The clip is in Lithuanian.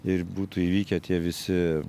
ir būtų įvykę tie visi